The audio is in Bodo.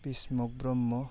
बिस्मक ब्रह्म